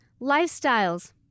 lifestyles